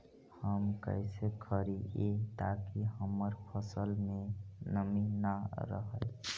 हम कैसे रखिये ताकी हमर फ़सल में नमी न रहै?